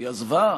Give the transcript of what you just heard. היא עזבה?